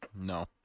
no